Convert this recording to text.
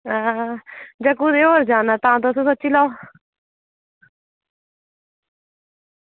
जां कुदै होर जाना तां तुस सोची लैओ